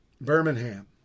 Birmingham